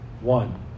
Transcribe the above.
one